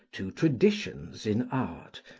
two traditions, in art,